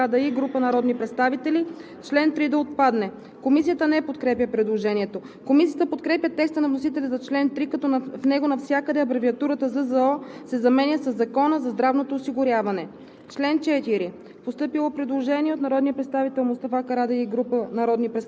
чл. 2. Постъпило е предложение от народния представител Мустафа Карадайъ и група народни представители чл. 3 да отпадне. Комисията не подкрепя предложението. Комисията подкрепя текста на вносителя за чл. 3, като в него навсякъде абревиатурата „ЗЗО“ се заменя със „Закона за здравното осигуряване“.